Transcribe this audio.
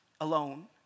alone